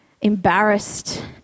embarrassed